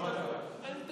תודה רבה, אדוני.